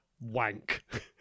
wank